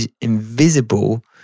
invisible